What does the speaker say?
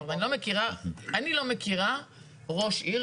אני לא מכירה ראש עיר,